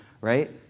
Right